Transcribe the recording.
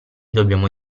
dobbiamo